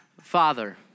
Father